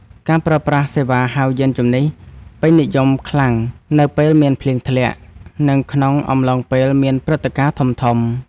ការប្រើប្រាស់សេវាហៅយានជំនិះ ពេញនិយមខ្លាំងនៅពេលមានធ្លាក់ភ្លៀង និងក្នុងអំឡុងពេលមានព្រឹត្តិការណ៍ធំៗ។